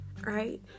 right